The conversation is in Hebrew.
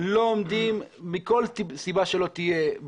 לא עומדים מכל סיבה שלא תהיה בחירות,